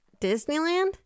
Disneyland